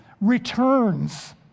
returns